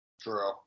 True